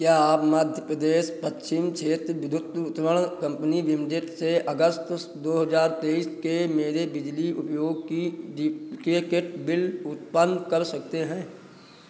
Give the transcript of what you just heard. क्या आप मध्य प्रदेश पश्चिम क्षेत्र विद्युत वितरण कम्पनी लिमिटेड से अगस्त दो हज़ार तेइस के मेरे बिजली उपयोग की बिल उत्पन्न कर सकते हैं